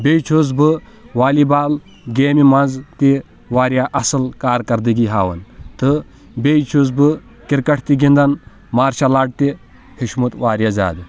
بیٚیہِ چھُس بہٕ والی بال گیمہِ منٛز تہِ واریاہ اصٕل کارکَردٕگی ہاوان تہٕ بیٚیہِ چھُس بہٕ کِرکَٹ تہِ گِنٛدان مارشل آٹ تہِ ہیوچھمُت واریاہ زیادٕ